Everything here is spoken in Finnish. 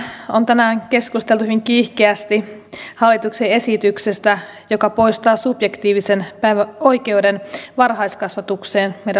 eduskunnassa on tänään keskusteltu hyvin kiihkeästi hallituksen esityksestä joka poistaa subjektiivisen oikeuden varhaiskasvatukseen meidän lapsiltamme